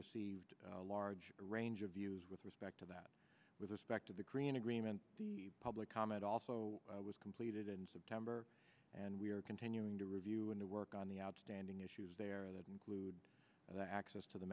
received a large range of views with respect to that with respect to the green agreement public comment also was completed in september and we are continuing to review and to work on the outstanding issues there that include access to the